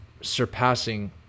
surpassing